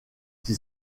qui